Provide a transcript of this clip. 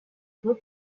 beau